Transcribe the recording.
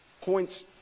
points